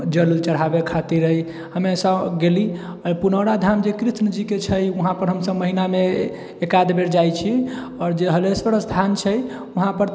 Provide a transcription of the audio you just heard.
जल चढ़ावे खातिर हमेशा गेली पुनौरा धामजे कृष्णजीकेँ छै उहा पर हमसब महिनामे एकाध बेर जाइ छी आओर जे हरेश्वर छै वहाँ पर